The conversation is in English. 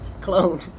clone